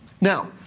Now